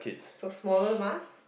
so smaller mask